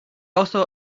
also